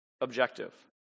objective